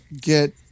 get